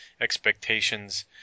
expectations